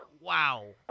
Wow